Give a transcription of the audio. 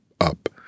up